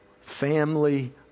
family